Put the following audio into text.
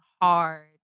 hard